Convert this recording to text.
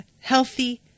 healthy